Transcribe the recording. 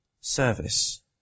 service